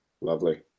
lovely